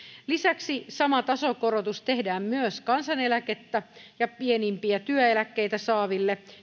lisäksi sama tasokorotus tehdään myös kansaneläkettä ja pienimpiä työeläkkeitä saaville